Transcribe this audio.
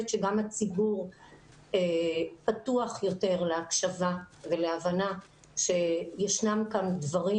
שגם הציבור פתוח יותר להקשבה ולהבנה שיש כאן דברים,